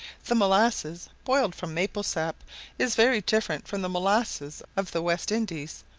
the molasses boiled from maple-sap is very different from the molasses of the west indies,